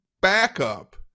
backup